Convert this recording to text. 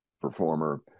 performer